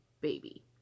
baby